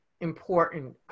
important